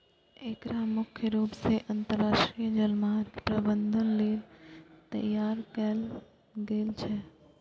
एकरा मुख्य रूप सं अंतरराष्ट्रीय जलमार्ग प्रबंधन लेल तैयार कैल गेल छै